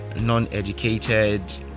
non-educated